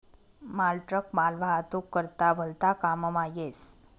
मालट्रक मालवाहतूक करता भलता काममा येस